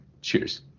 Cheers